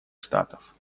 штатов